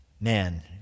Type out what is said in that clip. man